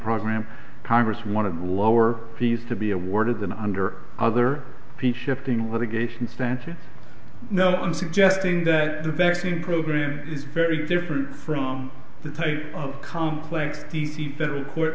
program congress wanted lower fees to be awarded than under other piece shifting litigation stance you know i'm suggesting that the vaccine program is very different from the type of complex the federal court